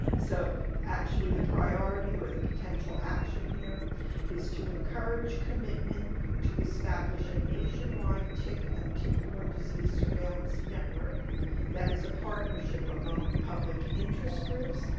so actually the priority or the potential action here is, to encourage commitment to establish a nation-wide tick and tick-borne disease surveillance network that is a partnership among public interest groups,